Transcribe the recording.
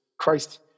Christ